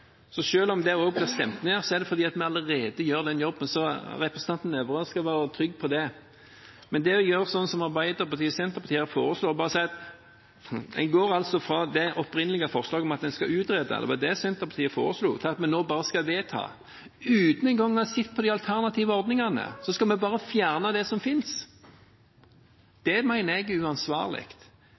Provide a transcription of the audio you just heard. om det også blir stemt ned, gjør vi allerede den jobben, så representanten Nævra skal være trygg på det. Men å gjøre som Arbeiderpartiet og Senterpartiet har foreslått, å gå fra det opprinnelige forslaget om at vi skal utrede, slik Senterpartiet foreslo, til at vi nå bare skal vedta – uten engang å ha sett på de alternative ordningene, bare fjerne det som finnes – mener jeg er uansvarlig.